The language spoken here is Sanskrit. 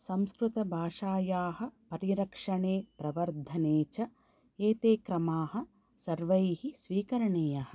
संस्कृतभाषायाः परिरक्षणे प्रवर्धने च एते क्रमाः सर्वैः स्वीकरणीयाः